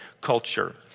culture